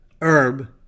herb